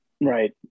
Right